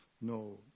no